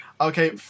Okay